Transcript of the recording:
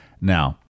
Now